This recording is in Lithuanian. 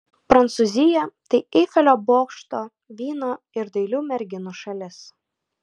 prancūzija tai eifelio bokšto vyno ir dailių merginų šalis